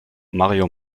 mario